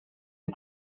une